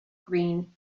green